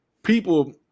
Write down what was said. People